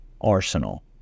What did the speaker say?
arsenal